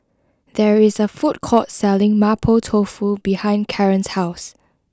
there is a food court selling Mapo Tofu behind Kaaren's house